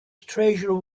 treasure